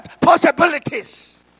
possibilities